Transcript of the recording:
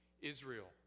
Israel